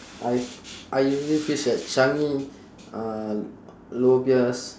I I usually fish at changi uh lower peirce